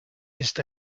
ist